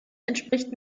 entspricht